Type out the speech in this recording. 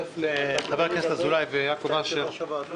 מגרמניה, בעקבות סיכום עם ממשלת גרמניה.